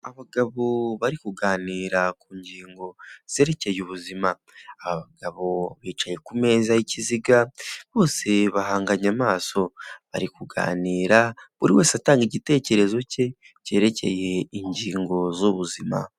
Abagabo bari kuganira ku ngingo zerekeye ubuzima, aba bagabo bicaye ku meza y'ikiziga, bose bahanganye amaso, bari kuganira buri wese atanga igitekerezo cye, cyerekeye ingingo z'ubuzima.